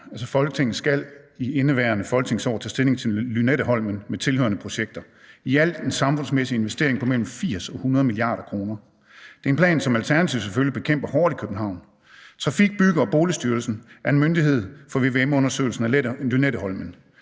Folketinget skal i indeværende folketingsår tage stilling til Lynetteholmen med tilhørende projekter. Det er en samfundsmæssig investering på mellem 80 mia. kr og 100 mia. kr. Det er en plan, som Alternativet selvfølgelig bekæmper hårdt i København. Trafik-, Bygge- og Boligstyrelsen er myndighed for vvm-undersøgelsen i forbindelse